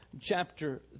chapter